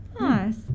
Nice